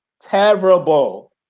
terrible